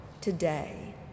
today